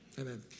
Amen